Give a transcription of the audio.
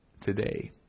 today